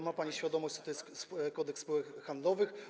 Ma pani świadomość, co to jest Kodeks spółek handlowych.